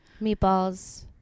Meatballs